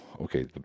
okay